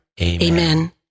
Amen